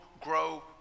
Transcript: grow